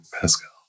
Pascal